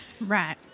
Right